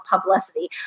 publicity